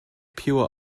pure